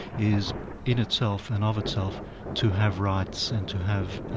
is in itself and of itself to have rights and to have, ah